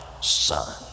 son